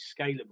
scalable